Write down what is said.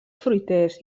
fruiters